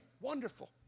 wonderful